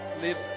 live